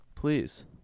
Please